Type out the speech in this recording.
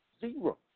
zero